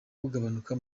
bugabanuka